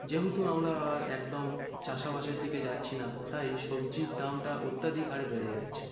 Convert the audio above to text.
যেহেতু আমরা আর একদম চাষ আবাসের দিকে যাচ্ছি না তাই সবজির দামটা অত্যাধিক হারে বেড়ে যাচ্ছে